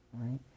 right